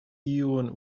iuwen